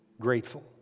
grateful